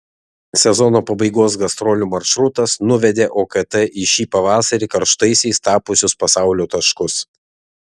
sezono pabaigos gastrolių maršrutas nuvedė okt į šį pavasarį karštaisiais tapusius pasaulio taškus